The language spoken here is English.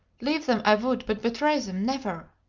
leave them i would, but betray them never!